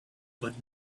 but